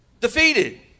Defeated